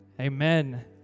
Amen